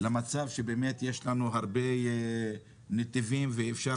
למצב שבאמת יש לנו הרבה נתיבים ואפשר